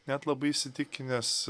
net labai įsitikinęs